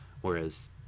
Whereas